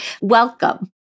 Welcome